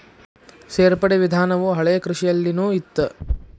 ಸೇರ್ಪಡೆ ವಿಧಾನವು ಹಳೆಕೃಷಿಯಲ್ಲಿನು ಇತ್ತ